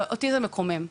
אותי זה מקומם.